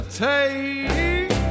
take